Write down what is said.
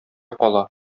кала